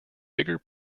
bigger